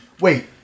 Wait